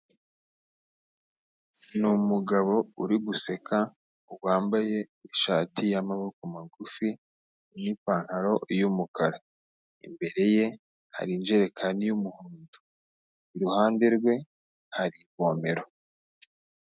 Ni umugabo uri guseka, wambaye ishati y'amaboko magufi n'ipantaro y'umukara. Imbere ye, hari injerekani y'umuhondo. Iruhande rwe, hari ivomero.